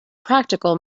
practical